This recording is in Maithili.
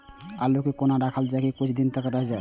आलू के कोना राखल जाय की कुछ दिन रह जाय?